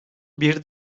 bir